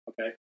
Okay